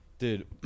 Dude